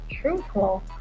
truthful